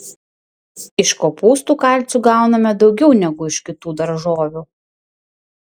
iš kopūstų kalcio gauname daugiau negu iš kitų daržovių